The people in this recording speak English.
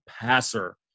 passer